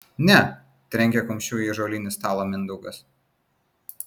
ne trenkė kumščiu į ąžuolinį stalą mindaugas